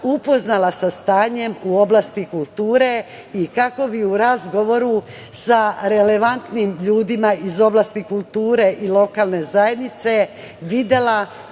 upoznala sa stanjem u oblasti kulture i kako bi u razgovoru sa relevantnim ljudima iz oblasti kulture i lokalne zajednice videla